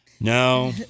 No